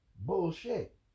bullshit